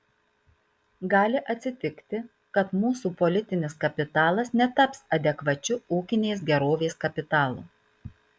gali atsitikti kad mūsų politinis kapitalas netaps adekvačiu ūkinės gerovės kapitalu